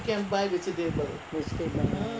vegetable ah